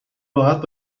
راحت